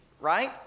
right